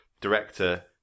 director